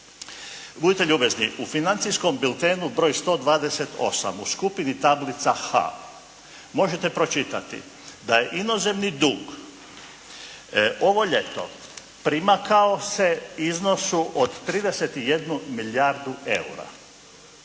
Budite ljubezni. U "Financijskom biltenu" broj 128 u skupni tablica H možete pročitati da je inozemni dug ovo ljeto primakao se iznosu od 31 milijardu eura.